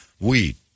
weed